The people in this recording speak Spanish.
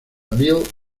bill